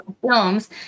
films